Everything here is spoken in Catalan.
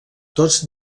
tots